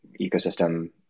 ecosystem